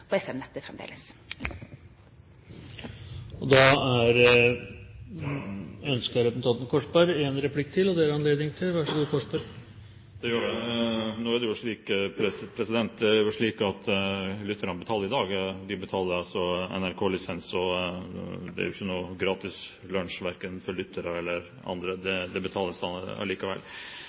på FM-nettet fremdeles. Ønsker representanten Korsberg en replikk til? Det er det anledning til. Ja, det gjør jeg. Nå er det jo slik i dag at lytterne betaler. De betaler altså NRK-lisens. Og det er jo ikke noen gratis lunsj, verken for lyttere eller andre; det betales allikevel.